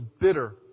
bitter